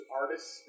artists